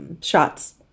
shots